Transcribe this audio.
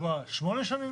היא יכולה לקבוע שמונה שנים?